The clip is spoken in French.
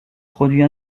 produit